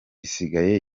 isigaye